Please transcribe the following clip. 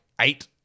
eight